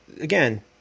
again